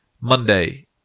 Monday